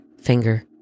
finger